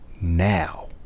now